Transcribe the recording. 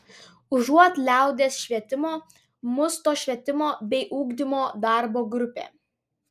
užuot liaudies švietimo bus to švietimo bei ugdymo darbo grupė